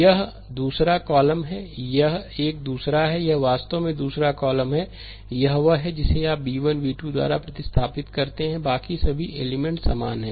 यह दूसरा कॉलम है यह एक दूसरा है यह वह दूसरा कॉलम है यह वह है जिसे आप b 1 b2 द्वारा प्रतिस्थापित करते हैं बाकी सभी एलिमेंट्स समान हैं